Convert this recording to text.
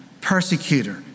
persecutor